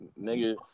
nigga